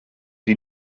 die